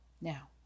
Now